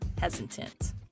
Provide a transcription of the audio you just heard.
hesitant